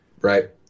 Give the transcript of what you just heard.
Right